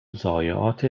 ضایعات